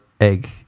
egg